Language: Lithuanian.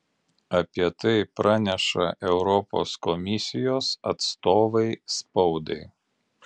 apie tai praneša europos komisijos atstovai spaudai